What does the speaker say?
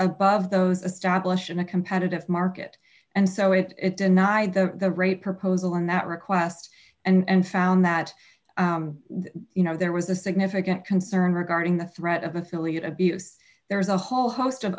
above those established in a competitive market and so it it denied the rate proposal in that request and found that you know there was a significant concern regarding the threat of affiliate abuse there's a whole host of